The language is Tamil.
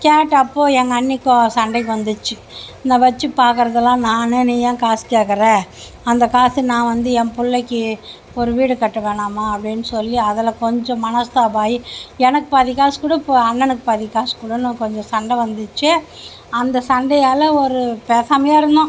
கேட்டப்போது எங்கள் அண்ணிக்கும் சண்டைக்கி வந்துச்சு வச்சு பார்க்குறதுலாம் நான் நீ ஏன் காசு கேட்கற அந்த காசு நான் வந்து என் பிள்ளைக்கி ஒரு வீடு கட்ட வேணாமா அப்டின்னு சொல்லி அதில் கொஞ்சம் மனஸ்தாபம் ஆகி எனக்கு பாதி காசு கொடு அண்ணனுக்கு பாதி காசு கொடுன்னு கொஞ்சம் சண்டை வந்துச்சு அந்த சண்டையால் ஒரு பேசாமலே இருந்தோம்